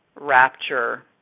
rapture